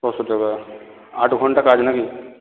পাঁচশো টাকা আট ঘণ্টা কাজ না কি